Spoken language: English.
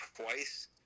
twice